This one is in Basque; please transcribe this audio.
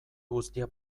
guztia